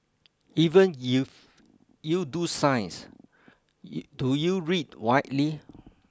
even if you do science do you read widely